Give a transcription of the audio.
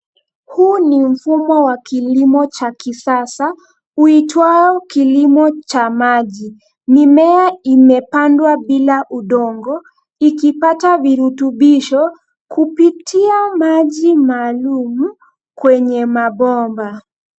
Huu ni mfumo wa kilimo cha kisasa uitwao kilimo cha maji. Mimea imepandwa bila udongo ikipata virutubisho kupitia maji maalum kwenye mabomba.